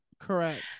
Correct